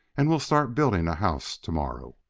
and we'll start building a house to-morrow.